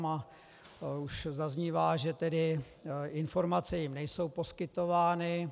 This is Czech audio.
A už zaznívá, že informace jim nejsou poskytovány.